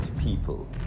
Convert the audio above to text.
people